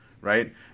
right